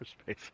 space